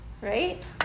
Right